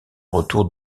retour